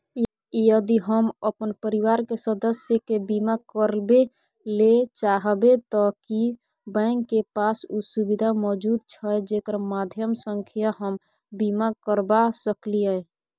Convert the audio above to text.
यदि हम अपन परिवार के सदस्य के बीमा करबे ले चाहबे त की बैंक के पास उ सुविधा मौजूद छै जेकर माध्यम सं हम बीमा करबा सकलियै?